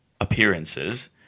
appearances